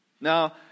Now